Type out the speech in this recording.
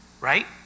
Right